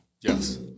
Yes